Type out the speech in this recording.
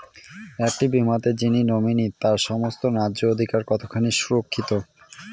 একটি বীমাতে যিনি নমিনি তার সমস্ত ন্যায্য অধিকার কতখানি সুরক্ষিত?